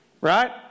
Right